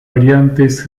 variantes